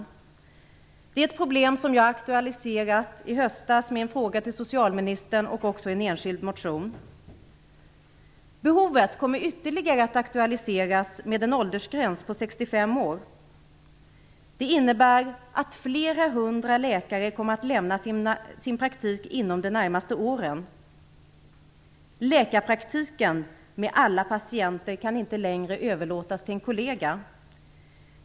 Det är ett problem som jag aktualiserade i höstas med en fråga till socialministern och också en enskild motion. Behovet kommer att aktualiseras ytterligare i och med en åldersgräns på 65 år. Det innebär att flera hundra läkare kommer att lämna sin praktik inom de närmaste åren. Läkarpraktiken med alla patienter kan inte längre överlåtas till en kollega.